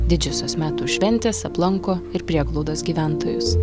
didžiosios metų šventės aplanko ir prieglaudos gyventojus